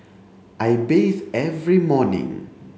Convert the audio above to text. I bathe every morning